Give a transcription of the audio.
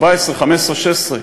14', 15', 16',